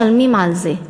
משלמים על זה.